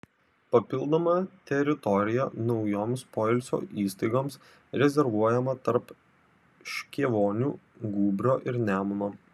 papildoma teritorija naujoms poilsio įstaigoms rezervuojama tarp škėvonių gūbrio ir nemuno